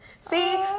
See